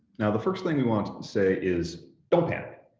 now, the first thing we want to say is don't panic.